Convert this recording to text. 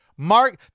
Mark